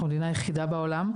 ואנחנו המדינה היחידה בעולם,